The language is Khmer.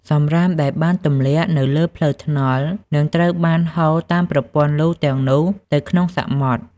សំរាមដែលបានទម្លាក់នៅលើផ្លូវថ្នល់ នឹងត្រូវបានហូរតាមប្រព័ន្ធលូទាំងនោះទៅក្នុងសមុទ្រ។